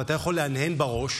ואתה יכול להנהן בראש,